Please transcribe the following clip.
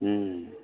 हुँ